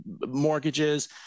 mortgages